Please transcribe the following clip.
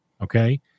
Okay